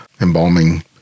embalming